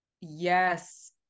Yes